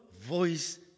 voice